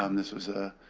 um this was a